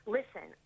Listen